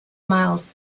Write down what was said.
miles